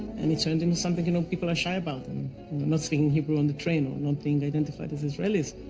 and it turned into something, you know, people are shy about and not speaking hebrew on the train, or not being identified as israelis,